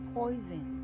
poison